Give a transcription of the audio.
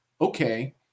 okay